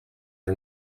are